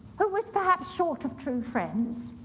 who was perhaps short of true friends,